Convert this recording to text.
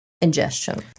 ingestion